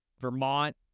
Vermont